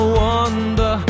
wonder